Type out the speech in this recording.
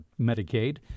Medicaid